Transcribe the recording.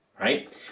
right